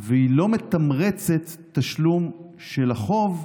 והיא לא מתמרצת תשלום של החוב,